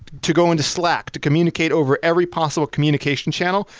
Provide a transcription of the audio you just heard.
to go into slack to communicate over every possible communication channel,